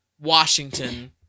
Washington